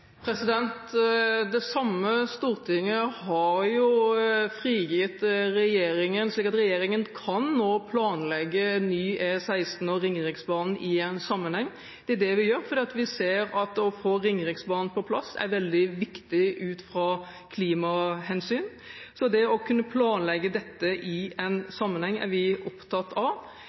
Det samme Stortinget har jo fristilt regjeringen, slik at regjeringen nå kan planlegge ny E16 og Ringeriksbanen i en sammenheng. Det er det vi gjør, for vi ser at det å få Ringeriksbanen på plass er veldig viktig ut fra klimahensyn. Så det å kunne planlegge dette i en sammenheng er vi opptatt av.